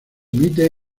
emite